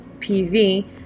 PV